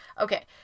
Okay